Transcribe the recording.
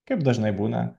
kaip dažnai būna